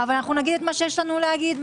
אבל נגיד מה שיש לנו לומר,